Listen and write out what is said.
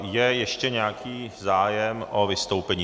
Je ještě nějaký zájem o vystoupení?